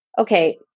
okay